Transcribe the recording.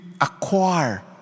acquire